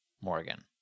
Morgan